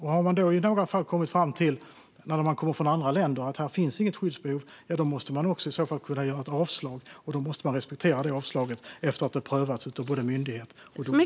Har man då i några fall, där sökande kommer från andra länder, kommit fram till att det inte finns skyddsbehov måste man också kunna ge avslag, och det avslaget måste respekteras efter att det har prövats av både myndighet och domstol.